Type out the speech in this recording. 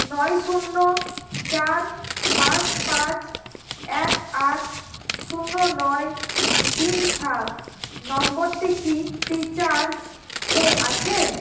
নয় শূন্য চার পাঁচ পাঁচ এক আট শূন্য নয় তিন সাত নম্বরটি কি ফ্রিচার্জ এ আছে